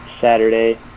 Saturday